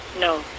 No